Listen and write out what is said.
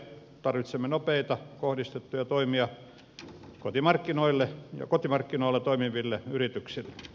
tarvitsemme nopeita kohdistettuja toimia kotimarkkinoilla toimiville yrityksille